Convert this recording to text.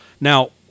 Now